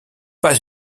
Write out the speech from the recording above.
pas